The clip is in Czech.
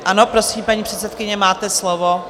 Ano, prosím, paní předsedkyně, máte slovo.